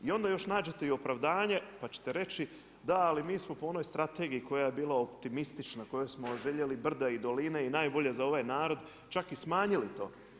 I onda još nađete i opravdanje pa ćete reći da ali mi smo po onoj strategiji koja je bila optimistična, kojoj smo željeli brda i doline i najbolje za ovaj narod, čak i smanjili to.